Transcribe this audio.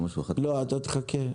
לא, אתה תחכה.